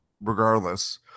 regardless